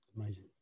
amazing